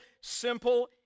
simple